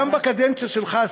גם בקדנציה שלך,